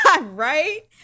Right